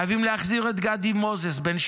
אח של איתן אורן,